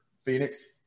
Phoenix